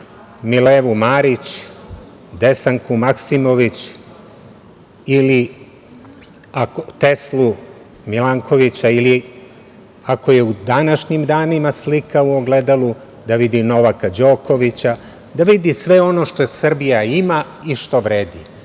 Milevu Marić, Desanku Maksimović ili Teslu, Milankovića ili, ako je u današnjim danima slika u ogledalu, da vidi Novaka Đokovića, da vidi sve ono što Srbija ima i što vredi. Srbija